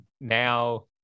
now